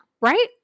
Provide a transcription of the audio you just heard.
right